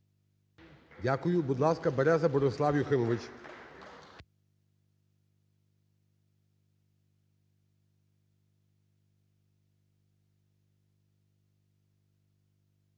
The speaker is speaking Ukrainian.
Дякую. Будь ласка, Береза Борислав Юхимович.